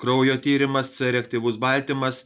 kraujo tyrimas reaktyvus baltymas